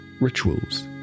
rituals